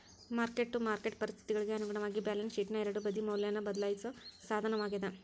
mark to market ಪರಿಸ್ಥಿತಿಗಳಿಗಿ ಅನುಗುಣವಾಗಿ balance ಶೇಟ್ನ ಎರಡೂ ಬದಿ ಮೌಲ್ಯನ ಬದ್ಲಾಯಿಸೋ ಸಾಧನವಾಗ್ಯಾದ